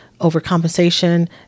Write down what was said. overcompensation